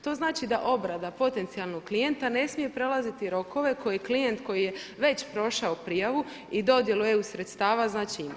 To znači da obrada potencijalnog klijenta ne smije prelaziti rokove koji klijent koji je već prošao prijavu i dodjelu EU sredstava znači ima.